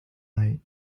night